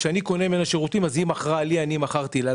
כשאני קונה ממנה שירותים אז היא מכרה לי ואני מכרתי לה.